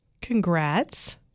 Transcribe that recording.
Congrats